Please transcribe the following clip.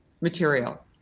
material